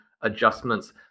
adjustments